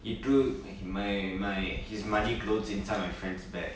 he through my my his muddy clothes inside my friends bag